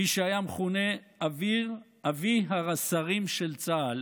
מי שהיה מכונה אבי הרס"רים של צה"ל